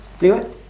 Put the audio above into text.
play what